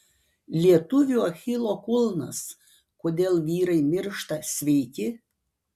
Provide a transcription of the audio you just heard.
lietuvių achilo kulnas kodėl vyrai miršta sveiki